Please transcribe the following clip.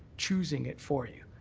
choosing it for you.